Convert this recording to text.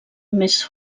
més